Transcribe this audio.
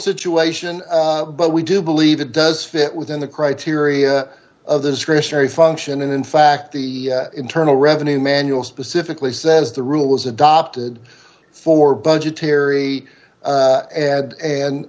situation but we do believe it does fit within the criteria of the discretionary function and in fact the internal revenue manual specifically says the rule was adopted for budgetary add and